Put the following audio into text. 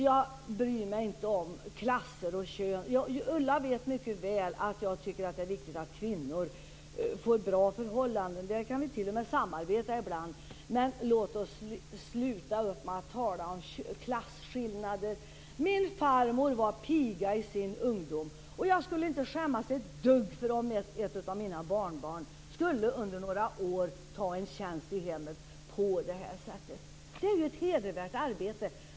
Jag bryr mig inte om klasser och kön. Ulla Hoffmann vet mycket väl att jag tycker att det är viktigt att kvinnor får bra förhållanden. Det kan vi t.o.m. samarbeta om ibland. Men låt oss sluta upp att tala om klasskillnader. Min farmor var piga i sin ungdom, och jag skulle inte skämmas ett dugg om ett av mina barnbarn under några år skulle ta en tjänst i hemmet på det här sättet. Det är ju ett hedervärt arbete.